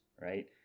right